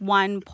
one